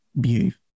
behave